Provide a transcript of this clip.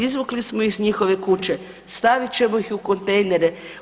Izvukli smo ih iz njihove kuće, stavit ćemo ih u kontejnere.